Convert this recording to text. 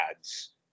ads